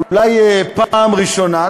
אולי פעם ראשונה,